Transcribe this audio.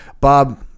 Bob